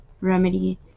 Remedy